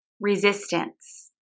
resistance